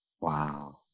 Wow